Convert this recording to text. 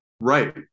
Right